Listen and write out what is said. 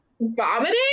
vomiting